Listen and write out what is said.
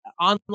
online